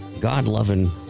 God-loving